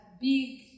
big